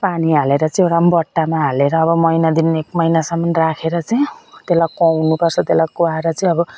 पानी हालेर चाहिँ एउटा बट्टामा हालेर अब महिना दिन एक महिनासम्म राखेर चाहिँ त्यसलाई कुहाउनु पर्छ त्यसलाई कुहाएर चाहिँ अब